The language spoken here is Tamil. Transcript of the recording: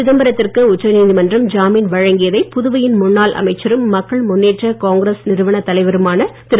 சிதம்பரத்திற்கு உச்சநீதிமன்றம் ஜாமின் வழங்கியதை புதுவையின் முன்னாள் அமைச்சரும் மக்கள் முன்னேற்ற காங்கிரஸ் நிறுவனத் தலைவருமான திரு